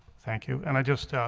thank you, and i just